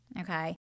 okay